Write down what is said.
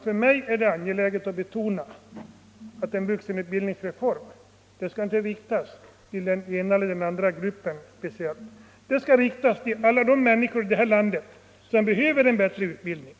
För mig är det angeläget att betona att en vuxenutbildningsreform inte skall riktas speciellt till den ena eller den andra gruppen utan till alla människor i detta land som behöver bättre utbildning.